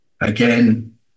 Again